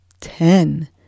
Ten